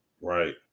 Right